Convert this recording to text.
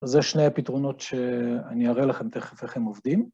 אז זה שני הפתרונות שאני אראה לכם תכף איך הם עובדים.